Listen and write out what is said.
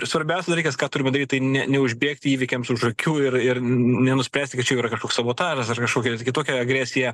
svarbiausias dalykas ką turime daryt tai ne neužbėgti įvykiams už akių ir ir nenuspręsti kad čia kažkoks sabotažas ar kažkokia kitokia agresija